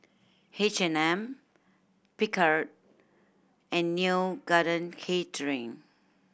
H and M Picard and Neo Garden Catering